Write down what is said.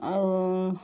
ଆଉ